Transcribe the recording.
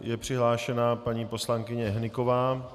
Je přihlášena paní poslankyně Hnyková.